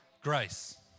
Grace